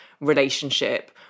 relationship